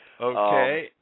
Okay